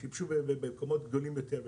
הרי שיבשו במקומות גדולים יותר,